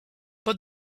but